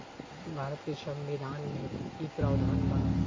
भारत के संविधान में इ प्रावधान बा